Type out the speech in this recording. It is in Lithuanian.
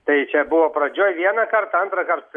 tai čia buvo pradžioj vienąkart antrąkart